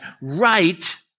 right